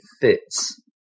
fits